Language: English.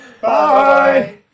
bye